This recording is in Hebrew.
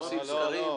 הוא מוסיף סקרים,